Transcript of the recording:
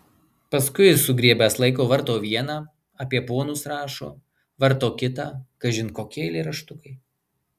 paskui sugriebęs laiko varto vieną apie ponus rašo varto kitą kažin kokie eilėraštukai